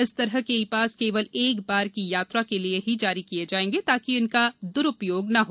इस तरह के ई पास केवल एक बार की यात्रा के लिए ही जारी किए जाएंगे ताकि उनका द्रुपयोग न हो